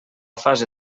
fase